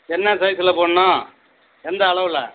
என்ன சைஸ்ஸுல் போடணும் எந்த அளவில்